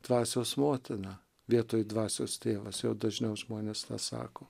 dvasios motina vietoj dvasios tėvas jau dažniau žmonės sako